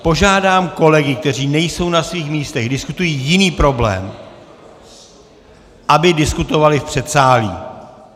Požádám kolegy, kteří nejsou na svých místech, diskutují jiný problém , aby diskutovali v předsálí.